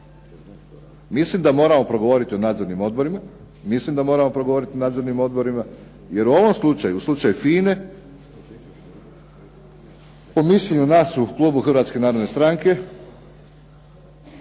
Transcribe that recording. mislim da moramo progovoriti o nadzornim odborima jer u ovom slučaju, u slučaju FINA-e po mišljenju nas u klubu Hrvatske narodne stranke